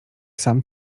sam